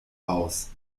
aus